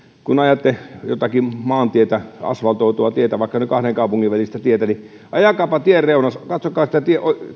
kun ajatte jotakin maantietä asvaltoitua tietä vaikka kahden kaupungin välistä tietä niin ajakaapa tien reunassa katsokaa sitä tien